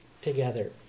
together